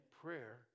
prayer